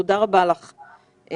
תודה רבה לך יעל.